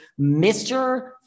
Mr